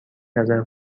نظر